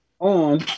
On